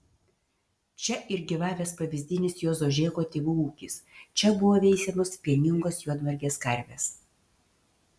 čia ir gyvavęs pavyzdinis juozo žėko tėvų ūkis čia buvo veisiamos pieningos juodmargės karvės